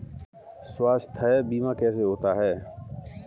स्वास्थ्य बीमा कैसे होता है?